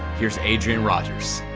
here's adrian rogers.